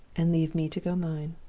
and leave me to go mine